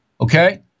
okay